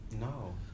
No